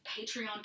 Patreon